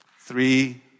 Three